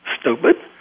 stupid